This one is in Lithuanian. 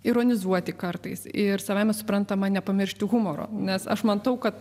ironizuoti kartais ir savaime suprantama nepamiršti humoro nes aš matau kad